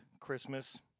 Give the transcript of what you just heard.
Christmas